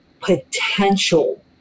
potential